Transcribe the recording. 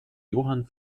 johann